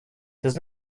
does